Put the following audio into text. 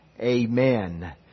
amen